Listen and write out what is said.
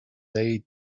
they